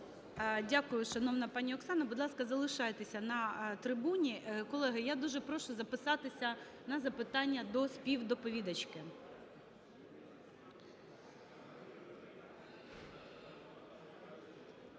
Дякую, шановна пані Оксана. Будь ласка, залишайтеся на трибуні. Колеги, я дуже прошу записатися на запитання до співдоповідачки.